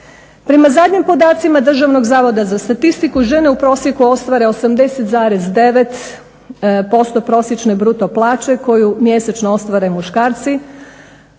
Prema zadnjih podacima Državnog zavoda za statistiku žene u prosjeku ostvare 80,9% prosječne bruto plaće koju mjesečno ostvare muškarci,